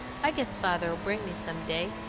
i guess father'll bring me some day.